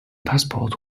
passport